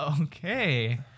Okay